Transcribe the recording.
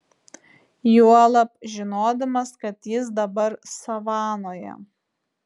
juolab žinodamas kad jis dabar savanoje